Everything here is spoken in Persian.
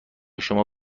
شما